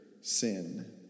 sin